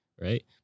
Right